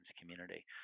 community